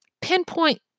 pinpoint